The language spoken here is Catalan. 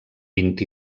vint